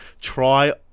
try